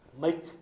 Make